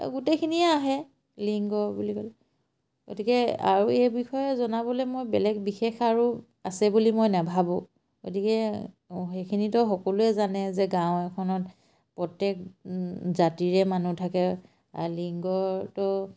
গোটেইখিনিয়ে আহে লিংগ বুলি ক'লে গতিকে আৰু এই বিষয়ে জনাবলৈ মই বেলেগ বিশেষ আৰু আছে বুলি মই নাভাবোঁ গতিকে সেইখিনিতো সকলোৱে জানে যে গাঁও এখনত প্ৰত্যেক জাতিৰে মানুহ থাকে লিংগতো